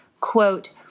quote